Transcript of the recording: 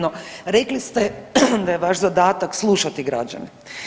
No rekli ste da je vaš zadatak slušati građane.